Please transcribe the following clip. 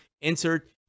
insert